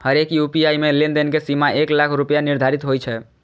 हरेक यू.पी.आई मे लेनदेन के सीमा एक लाख रुपैया निर्धारित होइ छै